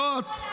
כן,